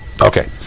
Okay